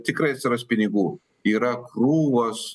tikrai atsiras pinigų yra krūvos